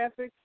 graphics